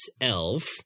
elf